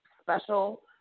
special